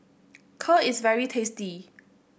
kheer is very tasty